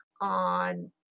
on